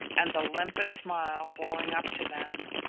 and the limpid smile flowing up to them.